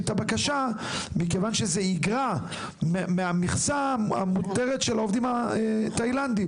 את הבקשה מכיוון שזה יגרע מהמכסה המותרת של העובדים התאילנדים.